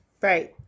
right